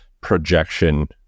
projection